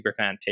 superfan